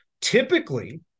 Typically